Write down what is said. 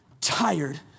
tired